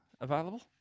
available